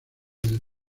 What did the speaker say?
del